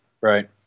right